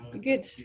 Good